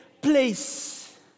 place